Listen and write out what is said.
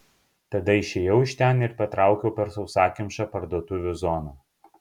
tada išėjau iš ten ir patraukiau per sausakimšą parduotuvių zoną